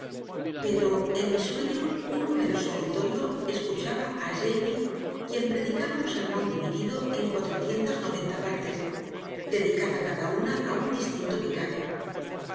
pero en mi sueño un numeroso auditorio escuchaba a jabes quien predicaba un sermón dividido en cuatrocientas noventa partes dedicada cada una a un distinto pecado